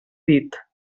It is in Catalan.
dit